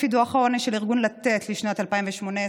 לפי דוח העוני של ארגון לתת לשנת 2018,